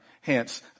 hence